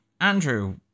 Andrew